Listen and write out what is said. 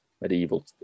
medieval